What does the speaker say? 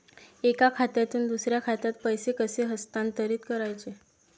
एका खात्यातून दुसऱ्या खात्यात पैसे कसे हस्तांतरित करायचे